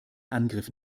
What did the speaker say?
angriff